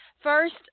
First